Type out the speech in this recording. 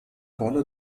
rolle